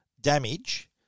damage